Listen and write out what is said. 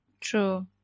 True